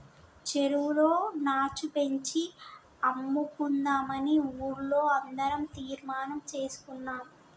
చెరువులో నాచు పెంచి అమ్ముకుందామని ఊర్లో అందరం తీర్మానం చేసుకున్నాం